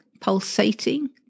pulsating